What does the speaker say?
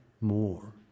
more